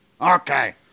Okay